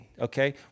okay